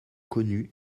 connu